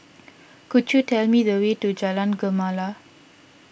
could you tell me the way to Jalan Gemala